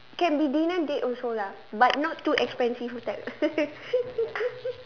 can be dinner date also lah but not too expensive type